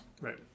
Right